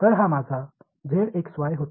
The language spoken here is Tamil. எனவே இது எனது z x y ஆகும்